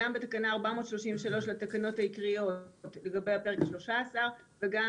גם בתקנה 433 לתקנות העיקריות לגבי הפרק ה-13 וגם